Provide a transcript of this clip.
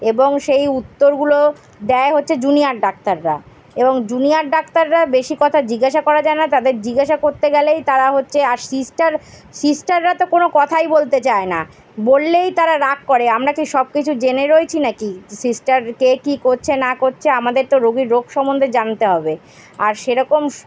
এবং সেই উত্তরগুলো দেয় হচ্ছে জুনিয়র ডাক্তাররা এবং জুনিয়র ডাক্তাররা বেশি কথা জিজ্ঞাসা করা যায় না তাদের জিজ্ঞাসা করতে গেলেই তারা হচ্ছে আর সিস্টার সিস্টাররা তো কোনো কথাই বলতে চায় না বললেই তারা রাগ করে আমরা কি সব কিছু জেনে রয়েছি না কি সিস্টার কে কী করছে না করছে আমাদের তো রোগির রোগ সম্বন্ধে জানতে হবে আর সেরকম